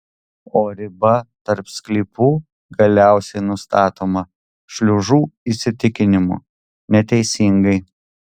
o riba tarp sklypų galiausiai nustatoma šliužų įsitikinimu neteisingai